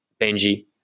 Benji